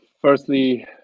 firstly